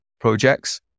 projects